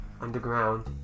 underground